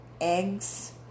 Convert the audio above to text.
eggs